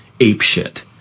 apeshit